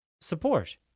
support